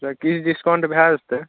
से किछु डिस्काउंट भय जेतै